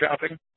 shopping